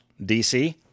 DC